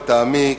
לטעמי,